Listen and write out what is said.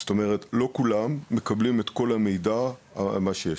זאת אומרת לא כולם מקבלים את כל המידע על מה שיש,